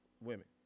women